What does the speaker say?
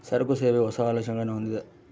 ಸರಕು, ಸೇವೆ, ಹೊಸ, ಆಲೋಚನೆಗುಳ್ನ ಹೊಂದಿದ